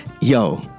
Yo